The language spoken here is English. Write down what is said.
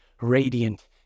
radiant